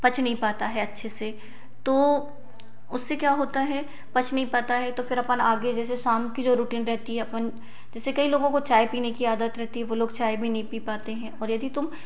पच नहीं पाता है अच्छे से तो उससे क्या होता है पच नहीं पाता है तो फिर अपन आगे जैसे शाम की जो रूटीन रहती है अपन जैसे कई लोगों को चाय पीने की आदत रहती है वो लोग चाय भी नहीं पी पाते हैं और यदि तुम